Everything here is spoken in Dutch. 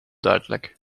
duidelijk